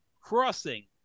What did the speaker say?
Crossing